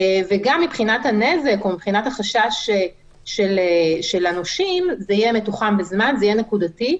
וגם מבחינת הנזק או מבחינת החשש של הנושים זה יהיה מתוחם בזמן ונקודתי.